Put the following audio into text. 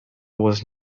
was